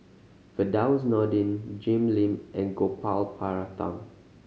Firdaus Nordin Jim Lim and Gopal Baratham